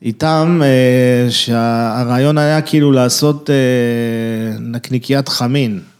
איתם שהרעיון היה כאילו לעשות נקניקיית חמין.